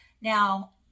Now